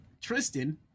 tristan